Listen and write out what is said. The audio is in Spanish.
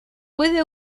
puede